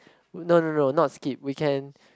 no no no not skip we can